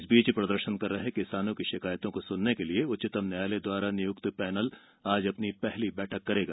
इस बीच प्रदर्शन कर रहे किसानों की शिकायतों को सुनने के लिए उच्चतम न्यायालय द्वारा नियुक्त पैनल आज अपनी पहली बैठक करेगा